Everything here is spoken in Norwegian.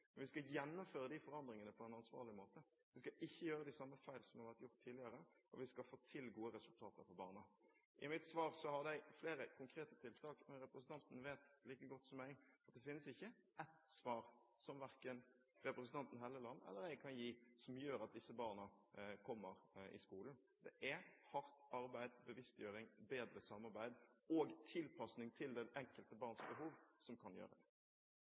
Vi skal gjennomføre de forandringene på en ansvarlig måte. Vi skal ikke gjøre de samme feil som er blitt gjort tidligere, og vi skal få til gode resultater for barna. I mitt svar hadde jeg flere konkrete tiltak. Men representanten vet like godt som jeg at det finnes ikke ett svar – ett svar verken representanten Hofstad Helleland eller jeg kan gi – som gjør at disse barna kommer på skolen. Det er hardt arbeid, bevisstgjøring, bedre samarbeid og tilpasning til det enkelte barns behov som kan gjøre det.